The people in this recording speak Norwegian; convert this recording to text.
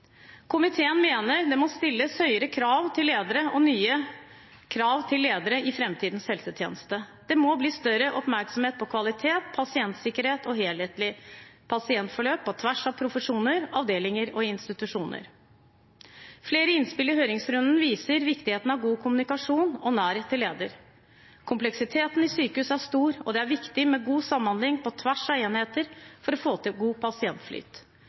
Komiteen mener det må stilles høyere krav til ledere og nye krav til ledere i framtidens helsetjeneste. Det må bli større oppmerksomhet på kvalitet, pasientsikkerhet og helhetlige pasientforløp på tvers av profesjoner, avdelinger og institusjoner. Flere innspill i høringsrunden viser til viktigheten av god kommunikasjon og nærhet til leder. Kompleksiteten i sykehus er stor, og det er viktig med god samhandling på tvers av enheter for å få til god pasientflyt.